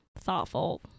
thoughtful